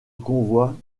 convoi